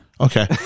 Okay